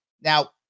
Now